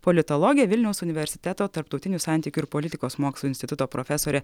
politologė vilniaus universiteto tarptautinių santykių ir politikos mokslų instituto profesorė